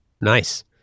Nice